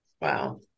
Wow